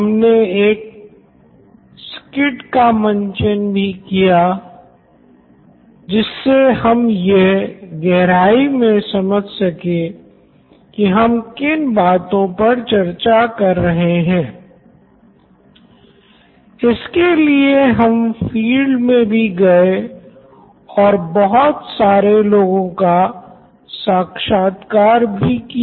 हमने एक स्कीट भी किया गया